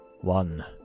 One